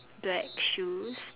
black shoes